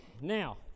now